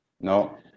No